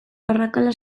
arrakala